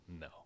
no